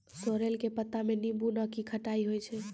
sorrel के पत्ता मॅ नींबू नाकी खट्टाई होय छै